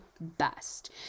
best